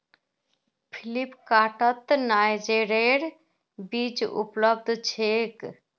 फ्लिपकार्टत नाइजरेर बीज उपलब्ध छेक